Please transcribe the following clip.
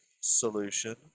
Solution